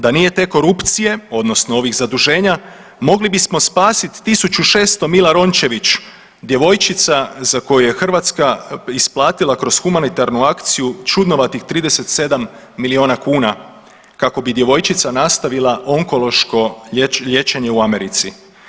Da nije te korupcije odnosno ovih zaduženja mogli bismo spasit 1.600 Mila Rončević djevojčica za koju je Hrvatska isplatila kroz humanitarnu akciju čudnovatih 37 miliona kuna kako bi djevojčica nastavila onkološko liječenje u Americi.